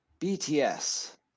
BTS